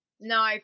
no